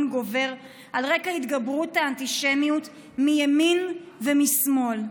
גובר על רקע התגברות האנטישמיות מימין ומשמאל.